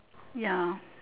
ya